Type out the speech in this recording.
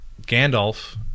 Gandalf